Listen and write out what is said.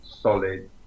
solid